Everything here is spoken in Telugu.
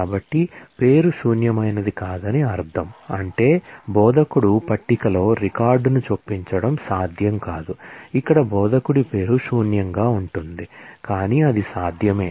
కాబట్టి పేరు శూన్యమైనది కాదని అర్థం అంటే బోధకుడు పట్టికలో రికార్డును చొప్పించడం సాధ్యం కాదు ఇక్కడ బోధకుడి పేరు శూన్యంగా ఉంటుంది కానీ అది సాధ్యమే